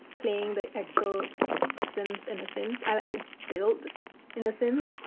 playing the actual sims in the sims. i like to build in the sims.